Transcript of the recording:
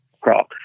crop